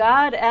God